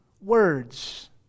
words